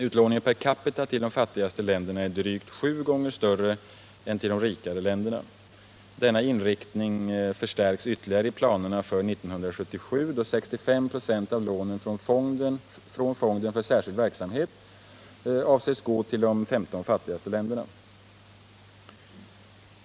Utlåningen per capita till de fattigaste länderna är drygt sju gånger större än till de rikare länderna. Denna inriktning förstärks ytterligare i planerna för 1977 då 65 926 av lånen från fonden för särskild verksamhet avses gå till de 15 fattigaste länderna.